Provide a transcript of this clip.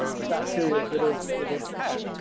of that period would've would've had.